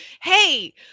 hey